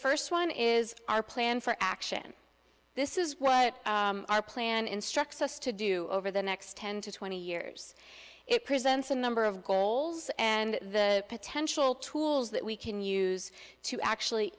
first one is our plan for action this is what our plan instructs us to do over the next ten to twenty years it presents a number of goals and the potential tools that we can use to actually